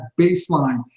Baseline